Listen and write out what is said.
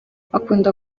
akunda